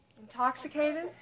Intoxicated